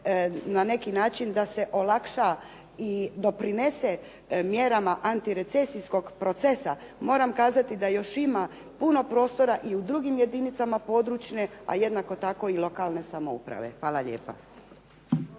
na neki način da se olakša i doprinese mjerama antirecesijskog procesa, moram kazati da još ima puno prostora i u drugim jedinicama područne, a jednako tako i lokalne samouprave. Hvala lijepa.